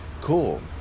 Cool